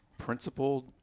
principled